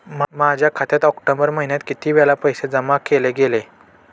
माझ्या खात्यात ऑक्टोबर महिन्यात किती वेळा पैसे जमा केले गेले?